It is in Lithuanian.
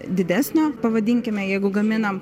didesnio pavadinkime jeigu gaminam